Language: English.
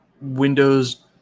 windows